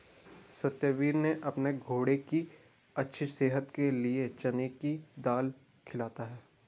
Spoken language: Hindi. सत्यवीर ने अपने घोड़े की अच्छी सेहत के लिए चने की दाल खिलाता है